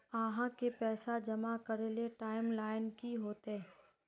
आहाँ के पैसा जमा करे ले टाइम लाइन की होते?